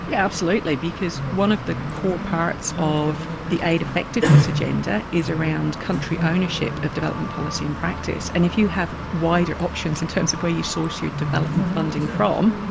yeah absolutely, because one of the core parts of the aid effectiveness agenda is around country ownership of development policy and practice, and if you have wider options in terms of where you source your development funding from,